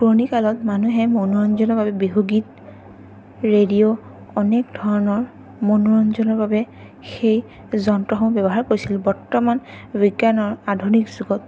পুৰণি কালত মানুহে মনোৰঞ্জনৰ বাবে বিহুগীত ৰেডিঅ' অনেক ধৰণৰ মনোৰঞ্জনৰ বাবে সেই যন্ত্ৰসমূহ ব্যৱহাৰ কৰিছিল বৰ্তমান সময়ত সেই আধুনিক যুগত